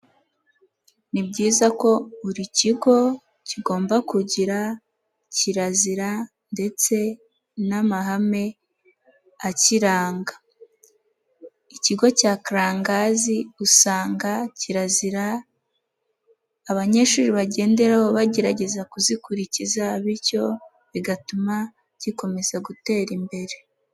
Ni byiza ko buri kigo kigomba kugira kirazira ndetse n'amahame akiranga, ikigo cya Karangagazi, usanga kirazira abanyeshuri bagenderaho bagerageza kuzikurikiza, bityo bigatuma gikomeza gutera imbere.